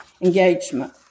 engagement